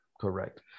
correct